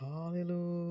Hallelujah